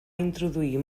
introduir